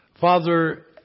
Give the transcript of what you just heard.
Father